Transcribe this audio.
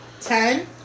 ten